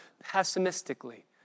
pessimistically